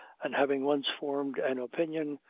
and having once formed an opinion,